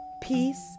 Peace